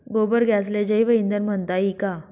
गोबर गॅसले जैवईंधन म्हनता ई का?